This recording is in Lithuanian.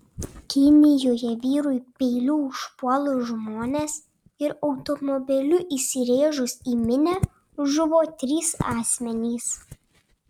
kinijoje vyrui peiliu užpuolus žmones ir automobiliu įsirėžus į minią žuvo trys asmenys